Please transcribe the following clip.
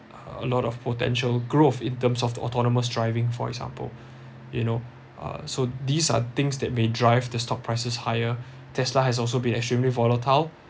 uh a lot of potential growth in terms of the autonomous driving for example you know uh so these are things that may drive the stock prices higher tesla has also been extremely volatile